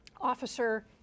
officer